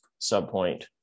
subpoint